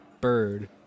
bird